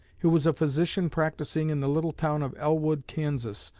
who was a physician practicing in the little town of elwood, kansas,